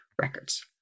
records